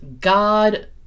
God